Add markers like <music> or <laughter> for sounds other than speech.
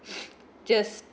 <breath> just